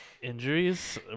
Injuries